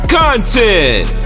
content